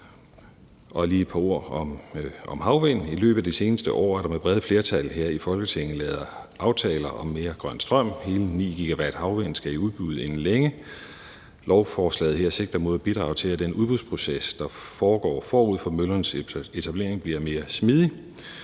lige sige et par ord om havvind. I løbet af det seneste år er der med brede flertal her i Folketinget lavet aftaler om mere grøn strøm. Hele 9 GW havvind skal i udbud inden længe. Lovforslaget her sigter mod at bidrage til, at den udbudsproces, der foregår forud for møllernes etablering, bliver mere smidig.